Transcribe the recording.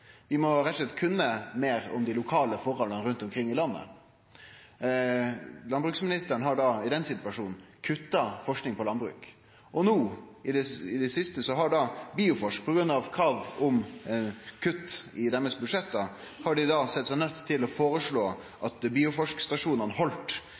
Vi må rett og slett kunne meir om dei lokale forholda rundt omkring i landet. Landbruksministeren har da, i den situasjonen, kutta forsking på landbruk. Og no i det siste har Bioforsk på grunn av krav om kutt i deira budsjett sett seg nøydd til å foreslå